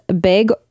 big